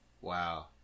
Wow